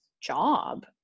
job